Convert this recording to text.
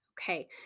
Okay